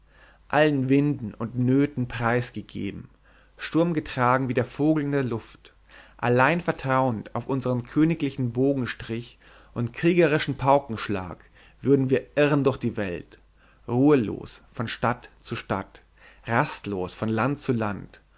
allen winden und nöten preisgegeben sturmgetragen wie der vogel in der luft allein vertrauend auf unsern königlichen bogenstrich und kriegerischen paukenschlag würden wir irren durch die welt ruhlos von stadt zu stadt rastlos von land zu land